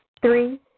three